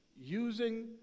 Using